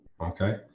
Okay